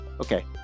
okay